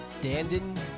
Danden